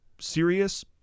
serious